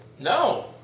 No